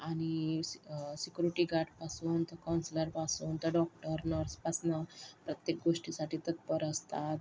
आणि सिक्युरिटी गार्डपासून ते कौन्सिलरपासून ते डॉक्टर नर्सपासनं प्रत्येक गोष्टीसाठी तत्पर असतात